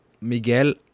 Miguel